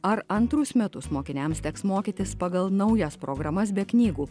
ar antrus metus mokiniams teks mokytis pagal naujas programas be knygų